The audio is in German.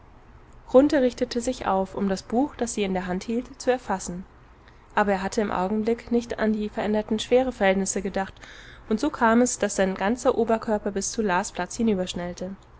richtete sich auf um das buch das sie in der hand hielt zu erfassen aber er hatte im augenblick nicht an die veränderten schwereverhältnisse gedacht und so kam es daß sein ganzer oberkörper bis zu